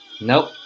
Nope